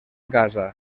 casa